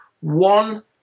one